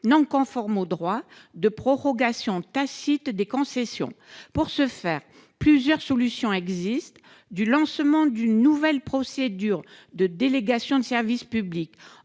non conforme au droit, de prorogation tacite des concessions. Pour ce faire, plusieurs solutions existent. Elles vont du lancement d'une nouvelle procédure de délégation de service public